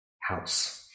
house